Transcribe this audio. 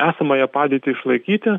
esamąją padėtį išlaikyti